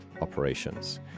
operations